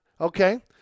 okay